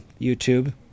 YouTube